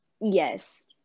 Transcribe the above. Yes